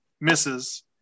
misses